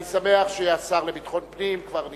אני שמח שהשר לביטחון פנים כבר נכנס,